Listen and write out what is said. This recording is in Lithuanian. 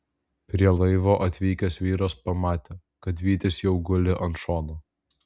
prie laivo atvykęs vyras pamatė kad vytis jau guli ant šono